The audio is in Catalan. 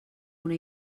una